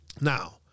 Now